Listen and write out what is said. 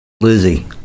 lizzie